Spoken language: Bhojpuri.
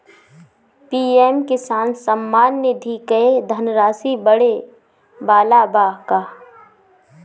पी.एम किसान सम्मान निधि क धनराशि बढ़े वाला बा का?